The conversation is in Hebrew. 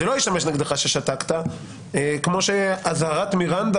זה לא ישמש נגדך כי שתקת כמו שבאזהרת מירנדה